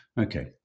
okay